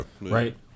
Right